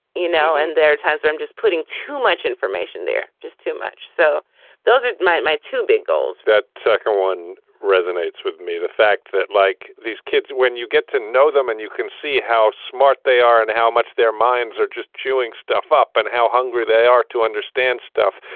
you know, and there are times where i'm just putting too much information there, just too much. so those are my my two big goals that second one resonates with me. the fact that like these kids, when you get to know them and you can see how smart they are and how much their minds are just chewing stuff up and how hungry they are to understand stuff.